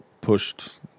pushed